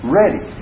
ready